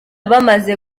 bamaze